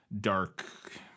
dark